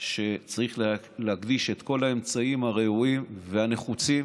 שצריך להקדיש את כל האמצעים הראויים והנחוצים